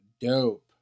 dope